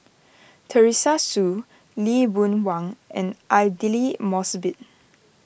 Teresa Hsu Lee Boon Wang and Aidli Mosbit